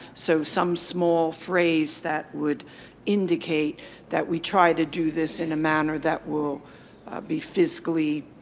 so, some small phrase that would indicate that we tried to do this in a manner that will be physically